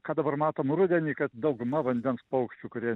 ką dabar matom rudenį kad dauguma vandens paukščių kurie